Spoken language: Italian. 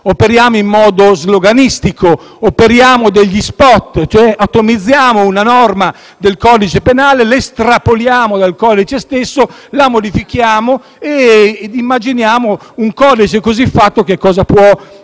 operiamo in modo sloganistico, operiamo *spot* e atomizziamo una norma del codice penale, la estrapoliamo dal codice stesso, la modifichiamo e immaginiamo che cosa un codice così fatto può diventare.